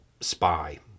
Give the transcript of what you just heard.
spy